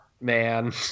man